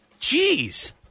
Jeez